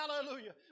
hallelujah